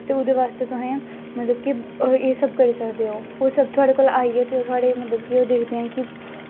ते ओह्दे बास्तै तुसें मतलब कि एह् सब करी सकदे ओ ओह् सब थोआढ़े कोल आइयै ते ओह् थुआढ़े मतलब कि ओह् दिखदे ऐ कि